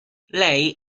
lei